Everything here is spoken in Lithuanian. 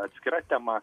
atskira tema